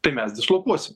tai mes dislokuosim